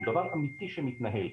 זה דבר אמיתי שמתנהל.